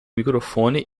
microfone